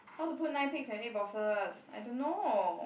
how to put nine pigs in eight boxes I don't know